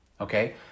okay